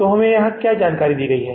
तो हमें क्या जानकारी दी गई है